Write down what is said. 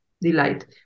delight